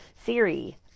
Siri